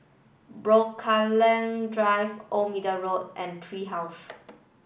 Drive Old Middle Road and Tree House